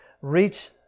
Reach